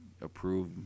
approve